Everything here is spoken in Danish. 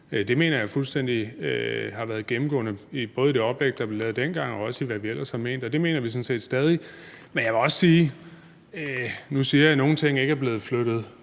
Det mener jeg har været fuldstændig gennemgående både i det oplæg, der blev lavet dengang, og også i, hvad vi ellers har ment. Og det mener vi sådan set stadig. Nu siger jeg, at nogle ting ikke er blevet flyttet